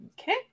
Okay